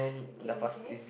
okay okay